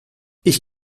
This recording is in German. ich